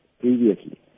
previously